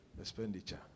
expenditure